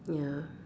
ya